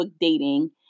dating